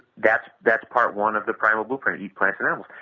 that's that's part one of the primal book on eat plants and animals.